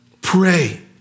Pray